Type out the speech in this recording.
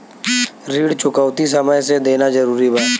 ऋण चुकौती समय से देना जरूरी बा?